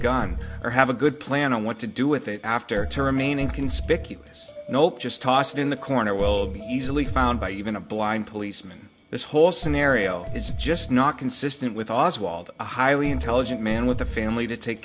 gun or have a good plan on what to do with it after to remain in conspicuous nope just toss it in the corner will be easily found by even a blind policeman this whole scenario is just not consistent with oswald a highly intelligent man with a family to take